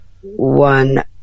one